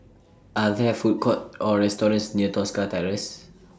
Are There Food Courts Or restaurants near Tosca Terrace